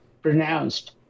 pronounced